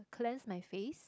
cleanse my face